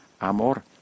amor